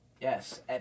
Yes